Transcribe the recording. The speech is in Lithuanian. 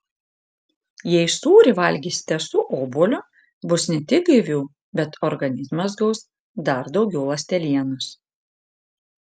jei sūrį valgysite su obuoliu bus ne tik gaiviau bet organizmas gaus dar daugiau ląstelienos